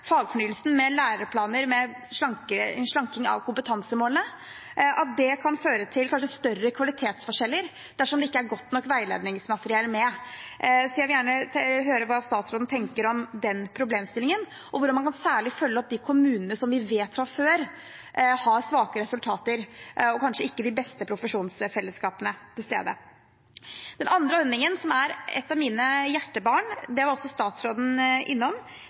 fagfornyelsen med lærerplaner med slanking av kompetansemålene, kan det føre til større kvalitetsforskjeller dersom det ikke er godt nok veiledningsmateriell med. Jeg vil gjerne høre hva statsråden tenker om den problemstillingen, og hvordan man kan særlig følge opp de kommunene som vi vet fra før har svake resultater og kanskje ikke de beste profesjonsfellesskapene til stede. Den andre ordningen – et av mine hjertebarn – var også statsråden innom: